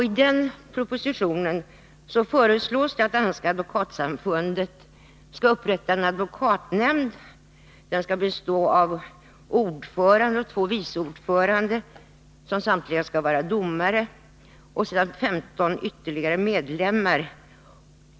I den propositionen föreslås att det danska advokatsamfundet skall upprätta en advokatnämnd, som skall bestå av en ordförande och två vice ordförande, vilka samtliga skall vara domare, samt av ytterligare 15 medlemmar.